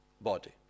body